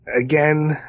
Again